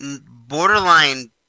borderline